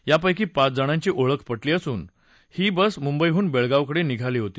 त्यापैकी पाचजणांची ओळख प जी आह डी बस मुंबईहून बेळगावकडे निघाली होती